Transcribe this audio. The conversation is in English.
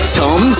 tom